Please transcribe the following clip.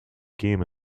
game